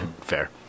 fair